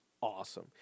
awesome